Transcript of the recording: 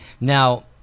now